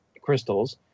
crystals